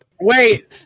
Wait